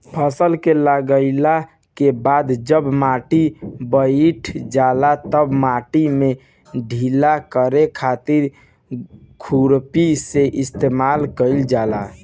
फसल के लागला के बाद जब माटी बईठ जाला तब माटी के ढीला करे खातिर खुरपी के इस्तेमाल कईल जाला